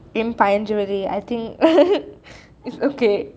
பதினைந்து வெள்ளி:pathinainthu velli I think okay